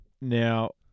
Now